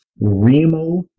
Remo